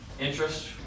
Interest